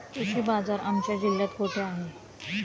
कृषी बाजार आमच्या जिल्ह्यात कुठे आहे?